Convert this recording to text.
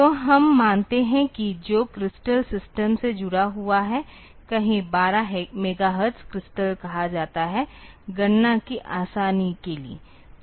तो हम मानते हैं कि जो क्रिस्टल सिस्टम से जुड़ा हुआ है कहे 12 मेगाहर्ट्ज़ क्रिस्टल कहा जाता है गणना की आसानी के लिए